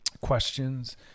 Questions